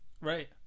Right